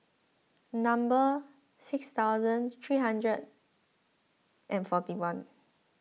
number six thousand three hundred and forty one